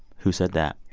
who said that?